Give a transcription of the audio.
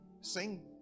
sing